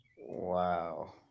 wow